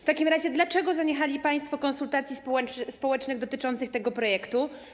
W takim razie dlaczego zaniechali państwo konsultacji społecznych dotyczących tego projektu?